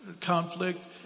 Conflict